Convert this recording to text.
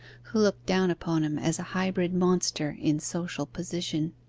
who looked down upon him as a hybrid monster in social position.